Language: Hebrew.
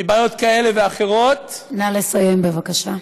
מבעיות כאלה ואחרות, נא לסיים בבקשה.